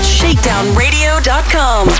shakedownradio.com